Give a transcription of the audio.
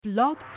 Blog